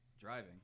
driving